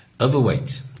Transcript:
Overweight